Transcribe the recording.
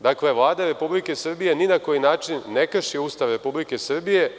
Dakle, Vlada Republike Srbije ni na koji način ne krši Ustav Republike Srbije.